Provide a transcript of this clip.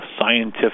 scientific